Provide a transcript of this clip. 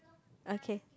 okay